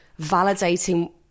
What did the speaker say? validating